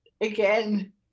again